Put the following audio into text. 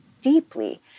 deeply